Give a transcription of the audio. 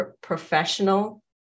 professional